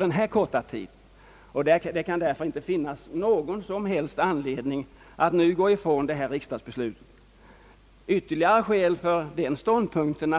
Det kan därför inte finnas någon som helst anledning att nu gå ifrån det nämnda riksdagsbeslutet. Ett ytterligare skäl för den ståndpunkten är